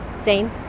Zane